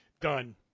done